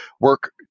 work